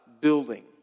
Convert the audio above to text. building